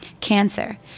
cancer